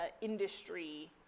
industry